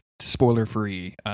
spoiler-free